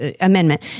amendment